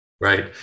Right